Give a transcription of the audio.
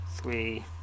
three